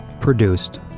produced